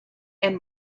and